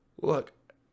look